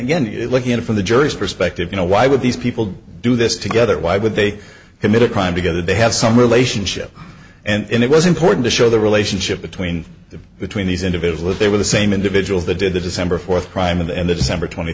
again you're looking at it from the jury's perspective you know why would these people do this together why would they commit a crime together they have some relationship and it was important to show the relationship between the between these individuals they were the same individuals the did the december fourth crime of and the december twenty